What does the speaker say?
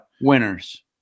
Winners